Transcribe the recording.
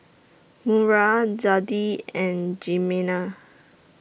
Maura Zadie and Jimena